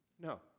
No